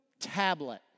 tablet